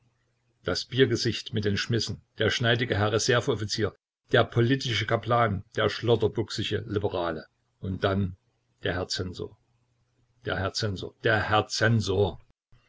das biergesicht mit den schmissen der schneidige herr reserveoffizier der politische kaplan der schlotterbuxige liberale und dann der herr zensor der herr zensor der